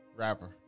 Rapper